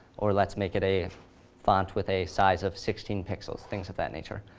or let's make it a font with a size of sixteen pixels. things of that nature.